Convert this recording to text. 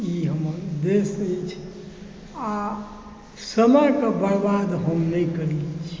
ई हमर उद्देश्य अछि आ समयक बरबाद हम नहि करै छी